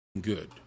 good